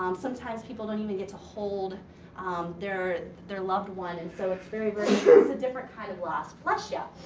um sometimes people don't even get to hold their their loved one. and so, it's very, very. it's a different kind of loss. bless ya.